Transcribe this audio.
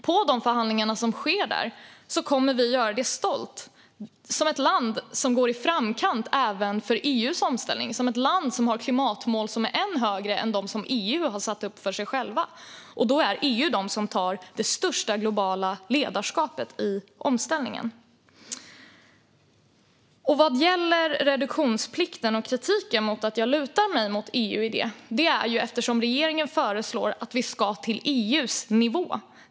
På de förhandlingar som sker där kommer vi att föra fram det stolt som ett land som går i framkant även för EU:s omställning och som ett land som har klimatmål som är än högre än det som EU har satt upp för sig självt. EU tar det största globala ledarskapet i omställningen. Vad gäller reduktionsplikten och kritiken mot att jag lutar mig mot EU i det fallet föreslår regeringen att vi ska till EU:s nivå.